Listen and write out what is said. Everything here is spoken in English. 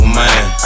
man